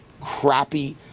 crappy